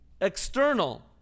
external